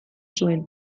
zuen